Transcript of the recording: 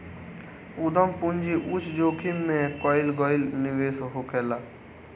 उद्यम पूंजी उच्च जोखिम में कईल गईल निवेश होखेला